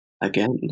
again